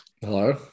Hello